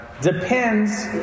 depends